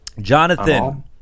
Jonathan